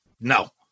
no